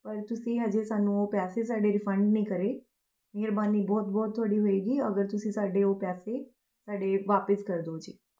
ਪਰ ਤੁਸੀਂ ਹਜੇ ਸਾਨੂੰ ਉਹ ਪੈਸੇ ਸਾਡੇ ਰਿਫੰਡ ਨਹੀਂ ਕਰੇ ਮਿਹਰਬਾਨੀ ਬਹੁਤ ਬਹੁਤ ਤੁਹਾਡੀ ਹੋਏਗੀ ਅਗਰ ਤੁਸੀਂ ਸਾਡੇ ਉਹ ਪੈਸੇ ਸਾਡੇ ਵਾਪਿਸ ਕਰ ਦਿਉ ਜੀ